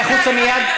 צא החוצה מייד.